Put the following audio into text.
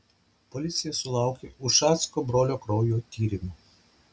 policija sulaukė ušacko brolio kraujo tyrimų